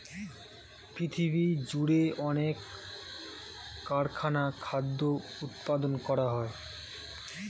পৃথিবীজুড়ে অনেক কারখানায় খাদ্য উৎপাদন করা হয়